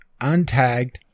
untagged